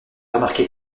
remarquer